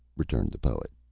returned the poet.